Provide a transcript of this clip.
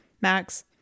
Max